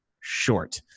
short